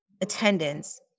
attendance